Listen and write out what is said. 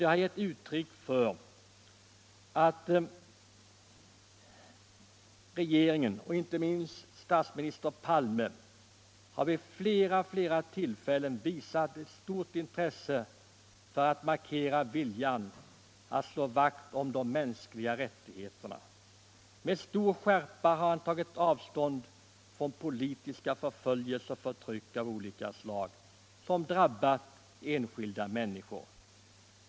Jag har givit uttryck för uppfattningen att regeringen och inte minst statsminister Palme vid flera tillfällen har visat ett stort intresse för att markera viljan att slå vakt om de mänskliga rättigheterna. Med stor skärpa har statsministern tagit avstånd från politiska förföljelser och förtryck av olika slag som drabbat enskilda människor.